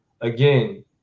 again